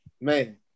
man